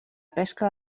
pesca